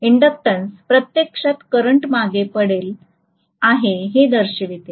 प्रेरणा प्रत्यक्षात करंट मागे पडले आहे हे दर्शवते